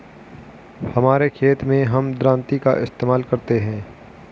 हमारे खेत मैं हम दरांती का इस्तेमाल करते हैं